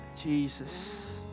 Jesus